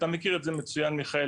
אתה מכיר את זה מצוין, מיכאל.